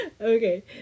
Okay